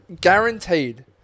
Guaranteed